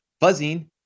buzzing